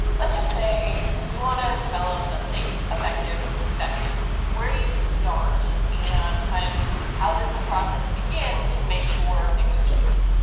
let's just say we want to develop a safe, effective vaccine. where do you start and kind of how does the process begin to make sure things are safe?